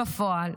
בפועל.